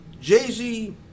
Jay-Z